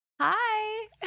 Hi